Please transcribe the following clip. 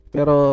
Pero